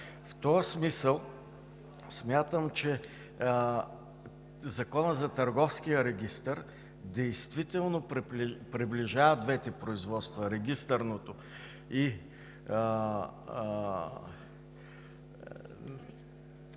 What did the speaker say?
В този смисъл смятам, че Законът за търговския регистър действително приближава двете производства – регистърното и данъчното